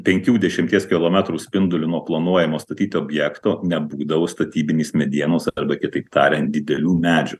penkių dešimties kilometrų spinduliu nuo planuojamo statyti objekto nebūdavo statybinės medienos arba kitaip tariant didelių medžių